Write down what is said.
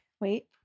wait